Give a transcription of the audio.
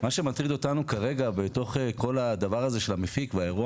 מה שמטריד אותנו כרגע בתוך כל הדבר הזה של המפיק והאירוע